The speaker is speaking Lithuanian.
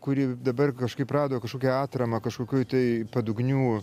kuri dabar kažkaip rado kažkokią atramą kažkokioj tai padugnių